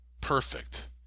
perfect